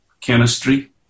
chemistry